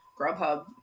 grubhub